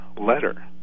letter